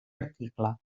article